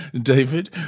David